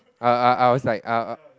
err I was like err